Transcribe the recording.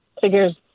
figures